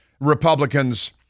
Republicans